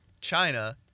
China